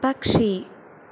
പക്ഷി